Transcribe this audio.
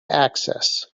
access